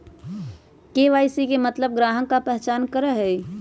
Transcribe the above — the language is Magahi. के.वाई.सी के मतलब ग्राहक का पहचान करहई?